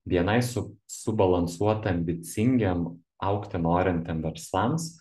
bni su subalansuota ambicingiem augti norintiem verslams